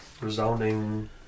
resounding